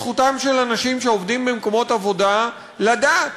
זכותם של אנשים שעובדים במקומות עבודה לדעת.